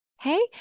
Hey